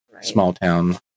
small-town